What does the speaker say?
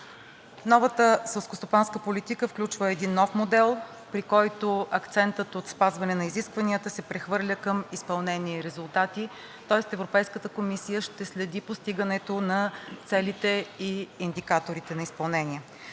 Новата селскостопанска политика включва един нов модел, при който акцентът от спазване на изискванията се прехвърля към изпълнение и резултати, тоест Европейската комисия ще следи постигането на целите и индикаторите на изпълнение.